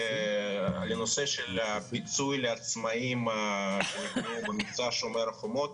לנושא הפיצוי לעצמאים שנפגעו במבצע שומר החומות.